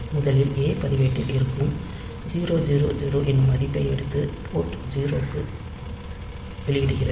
முதலில் ஏ பதிவேட்டில் இருக்கும் 000 என்னும் மதிப்பை எடுத்து போர்ட் 0 க்கு வெளியிடுகிறது